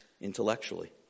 intellectually